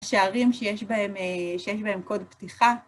שערים שיש בהם קוד פתיחה.